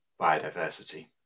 biodiversity